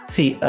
See